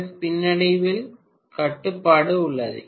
F பின்னடைவில் கட்டுப்பாடு உள்ளது